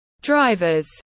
drivers